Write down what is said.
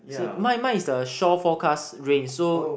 my my is the shore forecast rain so